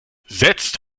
setzt